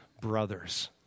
brothers